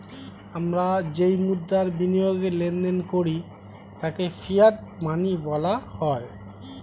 আমরা যেই মুদ্রার বিনিময়ে লেনদেন করি তাকে ফিয়াট মানি বলা হয়